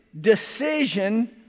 decision